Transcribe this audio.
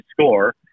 score